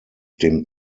dem